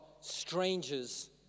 strangers